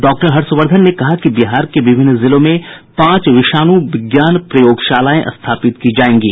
डॉ हर्ष वर्धन ने कहा कि बिहार के विभिन्न जिलों में पांच विषाणु विज्ञान प्रयोगशालाएं स्थापित की जाएंगी